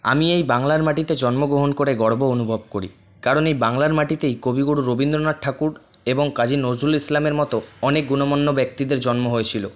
আমি এই বাংলার মাটিতে জন্মগ্রহণ করে গর্ব অনুভব করি কারণ এই বাংলার মাটিতেই কবিগুরু রবীন্দ্রনাথ ঠাকুর এবং কাজী নজরুল ইসলামের মতো অনেক গণ্যমান্য ব্যক্তিদের জন্ম হয়েছিল